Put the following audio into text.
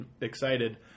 excited